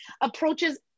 approaches